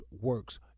works